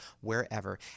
wherever